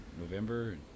November